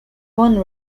one